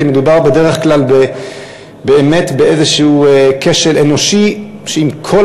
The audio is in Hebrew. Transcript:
כי מדובר בדרך כלל באיזשהו כשל אנושי שעם כל